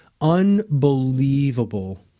unbelievable